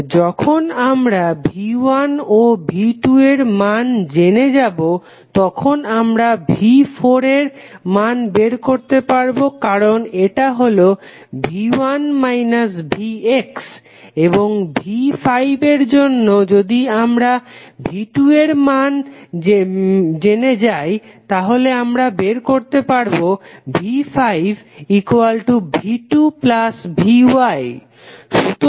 তো যখন আমরা V1 ও V2 এর মান জেনে যাবো তখন আমরা V4 এর মান বের করতে পারবো কারণ এটা হল V1 Vx এবং V5 এর জন্য যদি আমরা V2 এর মান বের করতে পারি তাহলে আমরা পাবো V5V2Vy